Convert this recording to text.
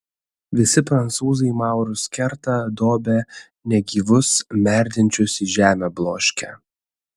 visi prancūzai maurus kerta dobia negyvus merdinčius į žemę bloškia